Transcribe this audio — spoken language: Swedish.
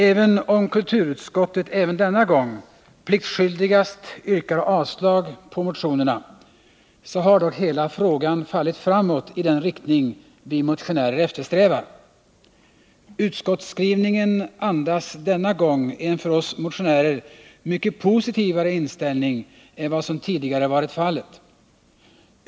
Även om kulturutskottet också denna gång pliktskyldigast yrkar avslag på motionerna, så har dock hela frågan fallit framåt i den riktning vi motionärer eftersträvar. Utskottsskrivningen andas denna gång en för oss motionärer mycket positivare inställning än vad som tidigare varit fallet.